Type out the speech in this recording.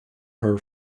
her